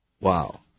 Wow